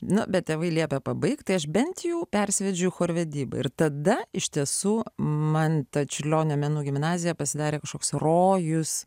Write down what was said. nu bet tėvai liepia pabaigt tai aš bent jų persivedžiau chorvedyba ir tada iš tiesų man ta čiurlionio menų gimnazija pasidarė kažkoks rojus